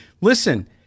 listen